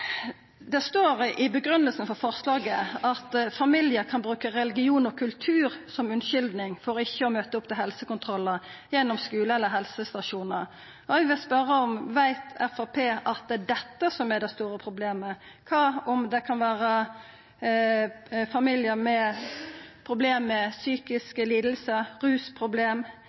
Det står i grunngivinga for forslaget at familiar kan bruka religion og kultur som unnskyldning for ikkje å møta opp til helsekontrollar gjennom skule eller på helsestasjonar. Eg vil spørja: Veit Framstegspartiet at det er dette som er det store problemet? Kva om det kan vera familiar med problem som psykiske lidingar, rusproblem,